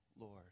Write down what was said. Lord